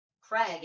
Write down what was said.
Craig